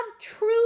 true